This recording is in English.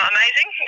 Amazing